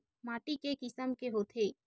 माटी के किसम के होथे?